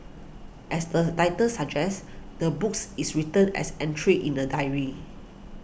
as the title suggests the books is written as entries in a diary